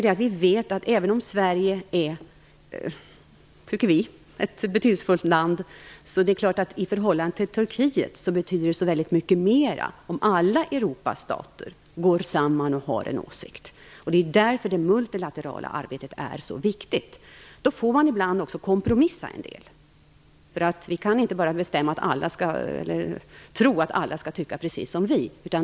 Även om vi tycker att Sverige är ett betydelsefullt land är det klart att det när det gäller Turkiet betyder så mycket mer om alla Europas stater går samman och har en åsikt. Därför är det multilaterala arbetet så viktigt. Ibland får man kompromissa. Vi kan inte tro att alla skall tycka precis som vi.